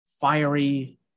fiery